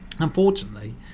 Unfortunately